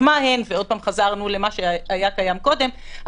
מהן ועוד פעם חזרנו למה שהיה קיים קודם,